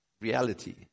reality